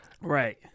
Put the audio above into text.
right